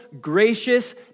gracious